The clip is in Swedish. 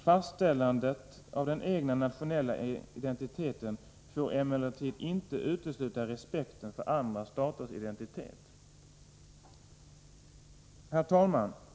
Fastställande av den egna nationella identiteten får emellertid inte utesluta respekten för andra staters identitet.” Herr talman!